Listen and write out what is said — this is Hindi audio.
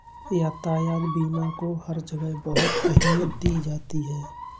यातायात बीमा को हर जगह बहुत अहमियत दी जाती है